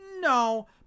No